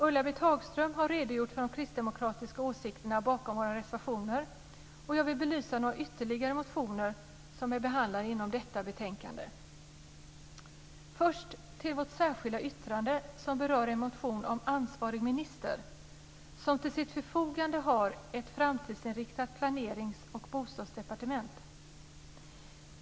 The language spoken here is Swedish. Ulla-Britt Hagström har redogjort för de kristdemokratiska åsikterna bakom våra reservationer, och jag vill belysa några ytterligare motioner som är behandlade inom detta betänkande. Först till vårt särskilda yttrande som berör en motion om ansvarig minister som till sitt förfogande har ett framtidsinriktat planerings och bostadsdepartement.